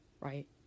right